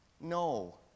No